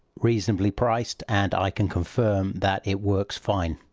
reasonably priced, and i can confirm that it works fine.